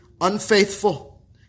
unfaithful